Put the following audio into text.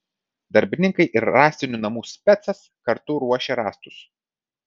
darbininkai ir rąstinių namų specas kartu ruošė rąstus